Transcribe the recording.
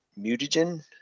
mutagen